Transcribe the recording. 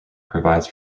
provides